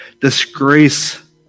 disgrace